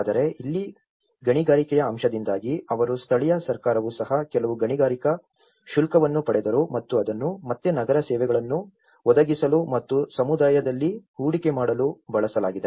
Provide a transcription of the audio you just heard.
ಆದರೆ ಇಲ್ಲಿ ಗಣಿಗಾರಿಕೆಯ ಅಂಶದಿಂದಾಗಿ ಅವರು ಸ್ಥಳೀಯ ಸರ್ಕಾರವೂ ಸಹ ಕೆಲವು ಗಣಿಗಾರಿಕೆ ಶುಲ್ಕವನ್ನು ಪಡೆದರು ಮತ್ತು ಅದನ್ನು ಮತ್ತೆ ನಗರ ಸೇವೆಗಳನ್ನು ಒದಗಿಸಲು ಮತ್ತು ಸಮುದಾಯದಲ್ಲಿ ಹೂಡಿಕೆ ಮಾಡಲು ಬಳಸಲಾಗಿದೆ